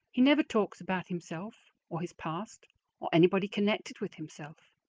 he never talks about himself or his past or anybody connected with himself.